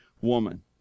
woman